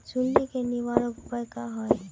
सुंडी के निवारक उपाय का होए?